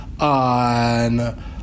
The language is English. on